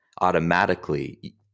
automatically